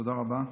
תודה רבה.